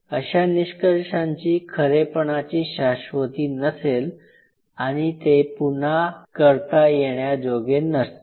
अशा निष्कर्षांची खरेपणाची शाश्वती नसेल आणि ते पुन्हा करता येण्याजोगे नसतील